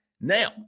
now